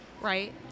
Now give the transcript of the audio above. Right